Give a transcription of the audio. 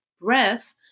breath